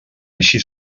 així